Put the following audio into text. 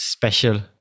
special